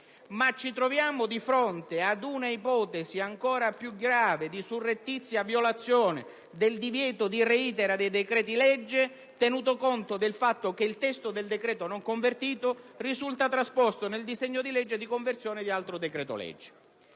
ma ci troviamo di fronte all'ipotesi ancora più grave di surrettizia violazione del divieto di reitera dei decreti-legge, tenuto conto del fatto che il testo del decreto-legge non convertito risulta trasposto nel disegno di legge di conversione di altro decreto-legge.